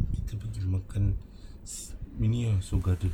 kita pergi makan su~ ini lah seoul garden